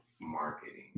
marketing